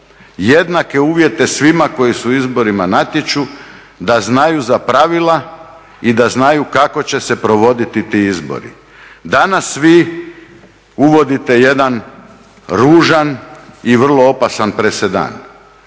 jednake uvjete svima koji se u izborima natječu da znaju za pravila i da znaju kako će se provoditi ti izbori. Danas vi uvodite jedan ružan i vrlo opasan prepadan